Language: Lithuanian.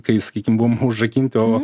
kai sakykim buvom užrakinti o